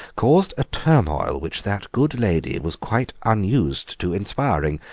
caused a turmoil which that good lady was quite unused to inspiring.